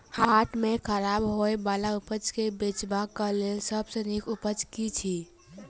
हाट मे खराब होय बला उपज केँ बेचबाक क लेल सबसँ नीक उपाय की अछि?